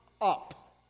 up